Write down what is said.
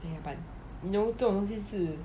!aiya! but you know 这种东西是